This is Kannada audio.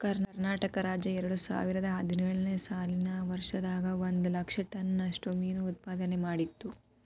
ಕರ್ನಾಟಕ ರಾಜ್ಯ ಎರಡುಸಾವಿರದ ಹದಿನೇಳು ನೇ ಸಾಲಿನ ವರ್ಷದಾಗ ಒಂದ್ ಲಕ್ಷ ಟನ್ ನಷ್ಟ ಮೇನು ಉತ್ಪಾದನೆ ಮಾಡಿತ್ತು